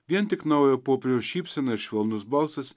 vien tik naujojo popiežiaus šypsena ir švelnus balsas